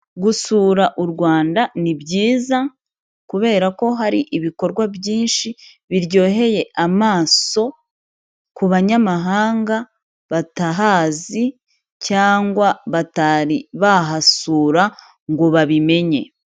Gusura u Rwanda ni byiza kubera ko hari ibikorwa byinshi biryoheye amaso ku banyamahanga batahazi cyangwa batari bahasura ngo babimenye.